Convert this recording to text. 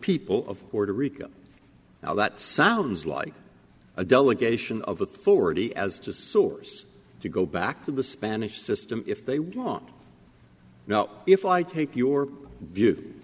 people of puerto rico now that sounds like a delegation of authority as to source to go back to the spanish system if they want now if i take your view